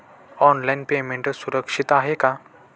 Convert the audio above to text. Online payment सुरक्षित आहे का?